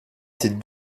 ces